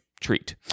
Treat